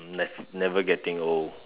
ne~ never getting old